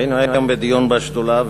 היינו היום בדיון בשדולה,